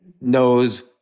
knows